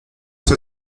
ces